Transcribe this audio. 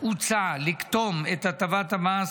הוצע לקטום את הטבת המס,